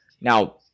Now